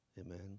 amen